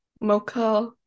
mocha